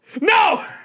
No